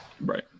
Right